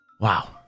Wow